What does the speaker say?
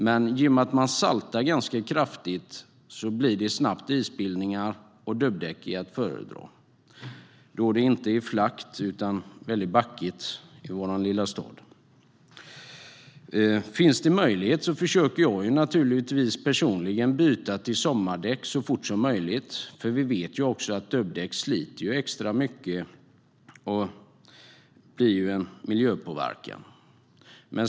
Men genom att man saltar ganska kraftigt blir det snabbt isbildningar, och då är dubbdäck att föredra eftersom det inte är flackt utan väldigt backigt i vår lilla stad. Finns det möjlighet försöker jag personligen naturligtvis byta till sommardäck så fort som möjligt, för vi vet ju att dubbdäck sliter extra mycket på vägarna och att det blir en miljöpåverkan.